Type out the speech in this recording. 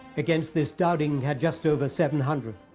against this dowding had just over seven hundred.